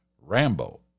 rambo